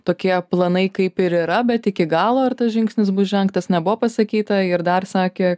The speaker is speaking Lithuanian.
tokie planai kaip ir yra bet iki galo ar tas žingsnis bus žengtas nebuvo pasakyta ir dar sakė